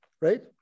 right